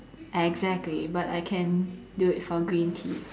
exactly but I can do it for green tea